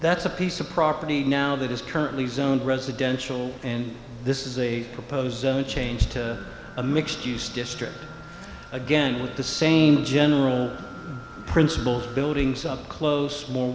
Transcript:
that's a piece of property now that is currently zoned residential and this is a proposed change to a mixed use district again with the same general principles buildings up close more